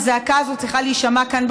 הזעקה הזאת צריכה להישמע כאן,